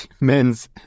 men's